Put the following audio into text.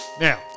Now